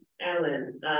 Alan